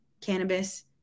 cannabis